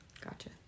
Gotcha